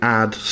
add